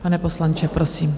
Pane poslanče, prosím.